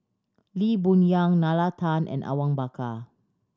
Lee Boon Yang Nalla Tan and Awang Bakar